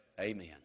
Amen